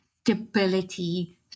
stability